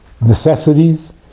necessities